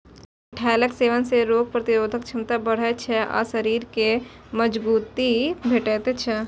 चठैलक सेवन सं रोग प्रतिरोधक क्षमता बढ़ै छै आ शरीर कें मजगूती भेटै छै